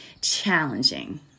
challenging